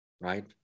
Right